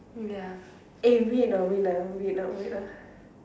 ya eh wait ah wait ah wait ah wait ah